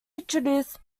introduced